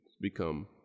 become